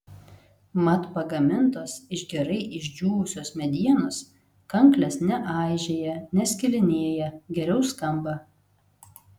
mat pagamintos iš gerai išdžiūvusios medienos kanklės neaižėja neskilinėja geriau skamba